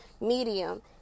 medium